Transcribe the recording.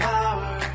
Power